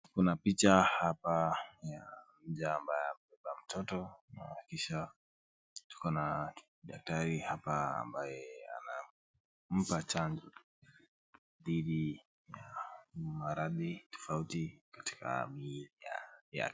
Kuna picha hapa ya mja ambaye amebeba mtoto, na kisha tuko na daktari ambaye anampa chanjo dhidi ya maradhi tofauti katika mwili yake.